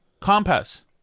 Compass